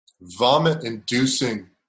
Vomit-inducing